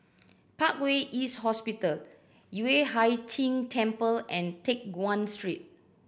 Parkway East Hospital Yueh Hai Ching Temple and Teck Guan Street